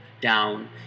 down